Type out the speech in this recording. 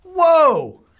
whoa